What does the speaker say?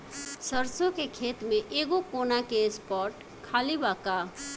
सरसों के खेत में एगो कोना के स्पॉट खाली बा का?